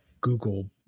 google